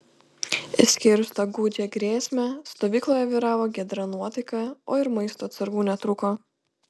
išskyrus tą gūdžią grėsmę stovykloje vyravo giedra nuotaika o ir maisto atsargų netrūko